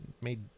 made